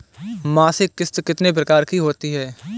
मासिक किश्त कितने प्रकार की होती है?